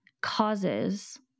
causes